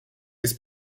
ist